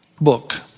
book